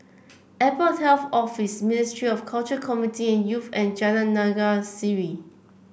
Airport Health Office Ministry of Culture Community and Youth and Jalan Naga Sari